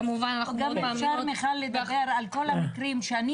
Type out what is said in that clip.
כמובן אנחנו עוד פעם --- גם אפשר לדבר על כל המקרים שאני